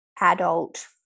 adult